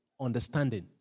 understanding